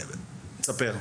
ספר.